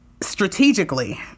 strategically